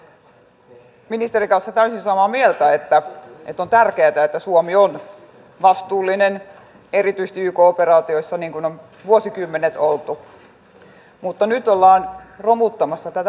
olen ministerin kanssa täysin samaa mieltä että on tärkeätä että suomi on vastuullinen erityisesti yk operaatioissa niin kuin on vuosikymmenet oltu mutta nyt ollaan romuttamassa tätä pohjaa